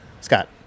Scott